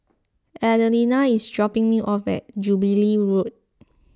Adelina is dropping me off at Jubilee Road